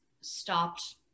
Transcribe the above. stopped